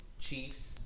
Chiefs